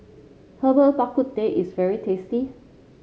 Herbal Bak Ku Teh is very tasty